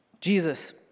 Jesus